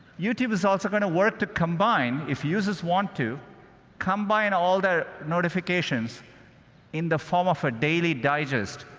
youtube is also going to work to combine if users want to combine all their notifications in the form of a daily digest,